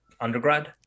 undergrad